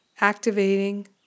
activating